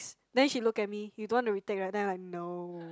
then she look at me you don't want to retake right then I like no